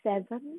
present